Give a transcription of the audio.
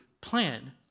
plan